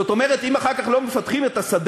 זאת אומרת, אם אחר כך לא מפתחים את השדה,